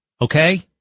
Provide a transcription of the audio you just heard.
Okay